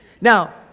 Now